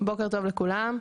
בוקר טוב לכולם.